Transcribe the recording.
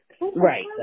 Right